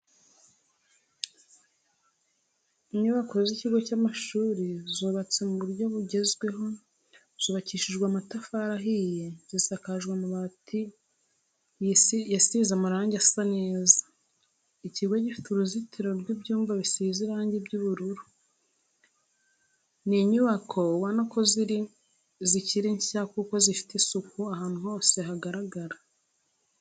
Inyubako y'ikigo cy'amashuri zubatse mu buryo bugezweho zubakishije amatafari ahiye zisakaje amabati zisize amarange asa neza, ikigo gifite uruzitiro rw'ibyuma bisize irangi ry'ubururu. Ni inyubako ubona ko zikiri nshya kuko zifite isuku ahantu hose hagaragara.